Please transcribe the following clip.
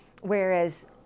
whereas